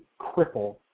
cripple